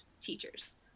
teachers